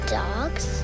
dogs